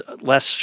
less